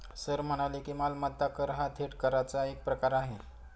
sir म्हणाले की, मालमत्ता कर हा थेट कराचा एक प्रकार आहे